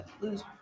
lose